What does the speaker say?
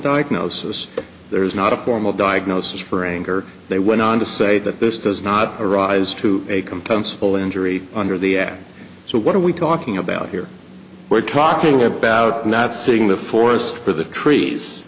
diagnosis there's not a formal diagnosis for and they went on to say that this does not arise to a compensable injury under the act so what are we talking about here we're talking about not seeing the forest for the trees